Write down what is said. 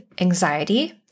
anxiety